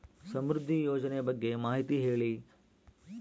ಸಮೃದ್ಧಿ ಯೋಜನೆ ಬಗ್ಗೆ ಮಾಹಿತಿ ಹೇಳಿ?